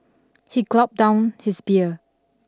he gulped down his beer